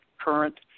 current